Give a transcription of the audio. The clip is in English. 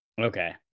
Okay